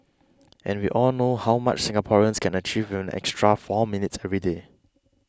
and we all know how much Singaporeans can achieve with an extra four minutes every day